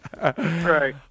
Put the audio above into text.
Right